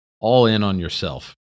all-in-on-yourself